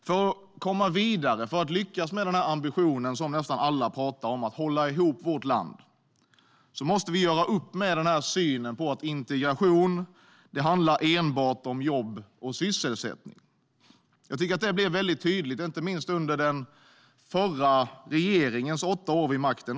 För att komma vidare och lyckas med den ambition som nästan alla pratar om - att hålla ihop vårt land - måste vi göra upp med synen på att integration enbart handlar om jobb och sysselsättning. Jag tycker att det blev väldigt tydligt, inte minst under den förra regeringens åtta år vid makten.